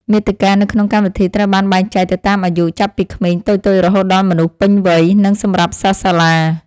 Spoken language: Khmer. មាតិកានៅក្នុងកម្មវិធីត្រូវបានបែងចែកទៅតាមអាយុចាប់ពីក្មេងតូចៗរហូតដល់មនុស្សពេញវ័យ និង សម្រាប់សិស្សសាលា។